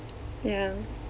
ya